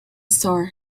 star